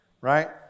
Right